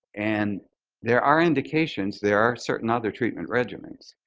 and there are indications there are certain other treatment regimens.